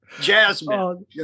Jasmine